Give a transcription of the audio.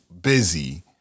busy